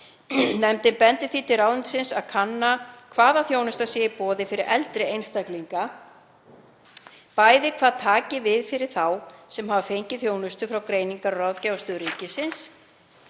Nefndin beinir því til ráðuneytisins að kanna hvaða þjónusta sé í boði fyrir eldri einstaklinga, bæði hvað taki við fyrir þá sem hafa fengið þjónustu frá Greiningar- og ráðgjafarstöð ríkisins